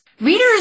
readers